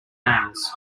nails